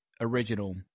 original